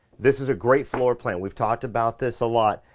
this is a great floor plan. we've talked about this a lot.